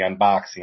unboxing